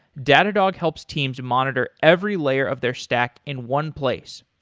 datadog helps teams monitor every layer of their stack in one place.